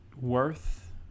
worth